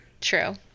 True